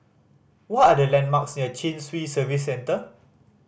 what are the landmarks near Chin Swee Service Centre